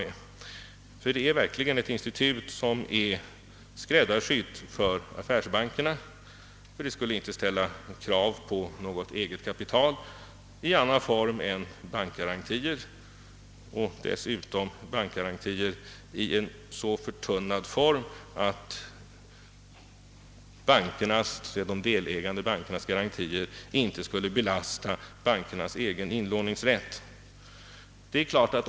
Detta institut är verkligen skräddarsytt för affärsbankerna, ty det skulle inte ställa krav på något eget kapital i annan form än bankgarantier, dessutom så förtunnade att de delägande bankernas garantier inte skulle belasta deras egen inlåningsrätt.